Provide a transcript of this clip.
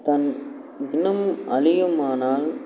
தம் இனம் அழியுமானால்